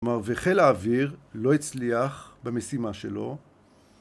כלומר, וחיל האוויר לא הצליח במשימה שלו.